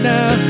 Now